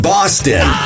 Boston